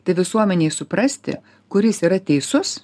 tai visuomenei suprasti kuris yra teisus